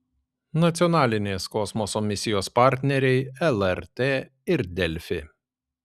nacionalinės kosmoso misijos partneriai lrt ir delfi